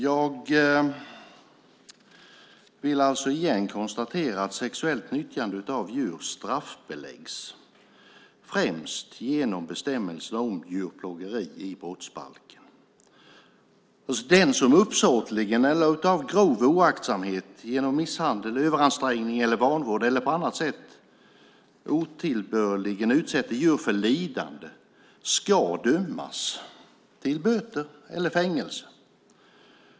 Jag vill alltså igen konstatera att sexuellt nyttjande av djur straffbeläggs främst genom bestämmelserna om djurplågeri i brottsbalken. Den som uppsåtligen eller av grov oaktsamhet genom misshandel, överansträngning, vanvård eller på annat sätt otillbörligen utsätter djur för lidande ska dömas till böter eller fängelse.